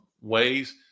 ways